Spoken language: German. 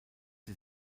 sie